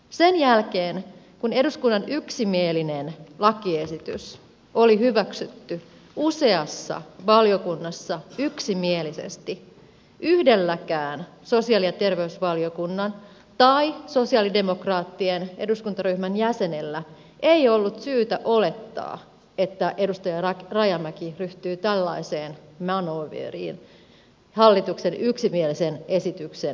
sen jälkeen kun eduskunnan yksimielinen lakiesitys oli hyväksytty useassa valiokunnassa yksimielisesti yhdelläkään sosiaali ja terveysvaliokunnan tai sosialidemokraattien eduskuntaryhmän jäsenellä ei ollut syytä olettaa että edustaja rajamäki ryhtyy tällaiseen manööveriin hallituksen yksimielisen esityksen kaatamiseksi